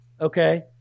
Okay